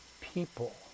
people